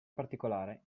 particolare